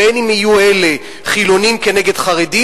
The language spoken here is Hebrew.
בין אם יהיו אלה חילונים כנגד חרדים,